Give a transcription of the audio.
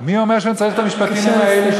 מי אומר שאני צריך את המשפטנים האלה,